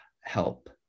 help